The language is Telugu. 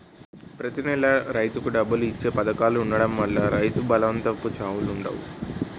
ప్రతి నెలకు రైతులకు డబ్బులు ఇచ్చే పధకాలు ఉండడం వల్ల రైతు బలవంతపు చావులుండవు